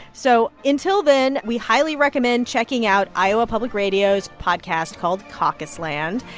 so until then, we highly recommend checking out iowa public radio's podcast called caucus land.